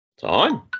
Time